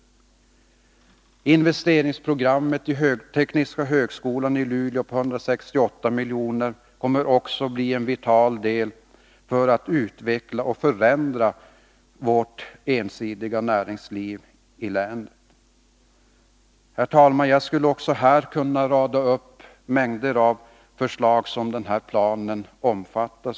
Vidare kommer investeringsprogrammet vid Tekniska högskolan i Luleå på 168 milj.kr. att vara av vital betydelse när det gäller att utveckla och förändra länets ensidiga näringsliv. Herr talman! Jag skulle också här kunna rada upp en mängd förslag i samband med den aktuella planen.